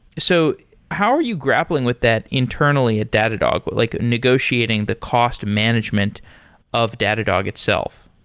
so how are you grappling with that internally at datadog, like negotiating the cost management of datadog itself?